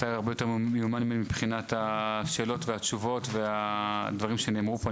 אתה רבה יותר מיומן ממני מבחינת השאלות והתשובות והדברים שנאמרו פה,